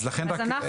אז לכן רק,